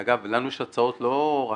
אגב, לנו יש הצעות לא רק